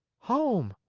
home.